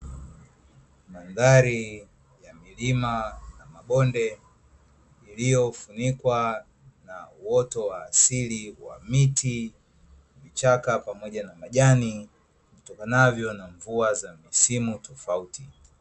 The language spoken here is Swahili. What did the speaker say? Mandhari ya milima na mabonde, iliyofunikwa na uoto wa asili wa miti, vichaka pamoja na majani, vitokanavyo na mvua za misimu tofauti.